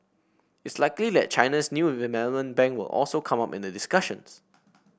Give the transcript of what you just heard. it's likely that China's new bank will also come up in the discussions